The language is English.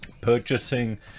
purchasing